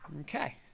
Okay